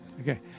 Okay